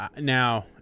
Now